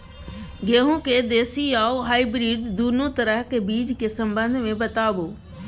गेहूँ के देसी आ हाइब्रिड दुनू तरह के बीज के संबंध मे बताबू?